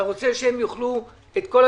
אתה רוצה שהם יוכלו לפעול,